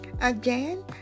again